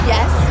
Yes